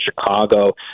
Chicago